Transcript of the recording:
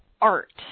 art